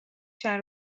چند